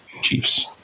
Chiefs